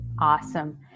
awesome